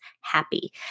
happy